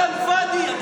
כלאם פאדי.